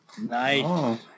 nice